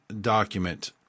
document